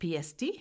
PST